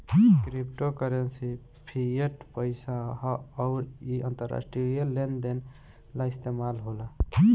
crypto currency fiat पईसा ह अउर इ अंतरराष्ट्रीय लेन देन ला इस्तमाल होला